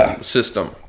system